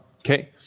Okay